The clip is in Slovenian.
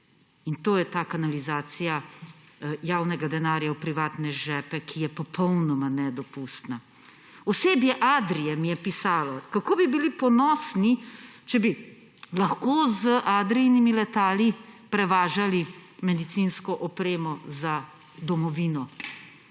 In to je ta kanalizacija javnega denarja v privatne žepe, ki je popolnoma nedopustna. Osebje Adrie mi je pisalo, kako bi bili ponosni, če bi lahko z Adrijinimi letali prevažali medicinsko opremo za domovino.